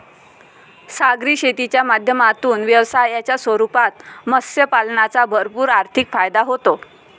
सागरी शेतीच्या माध्यमातून व्यवसायाच्या रूपात मत्स्य पालनाचा भरपूर आर्थिक फायदा होतो